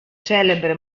celebre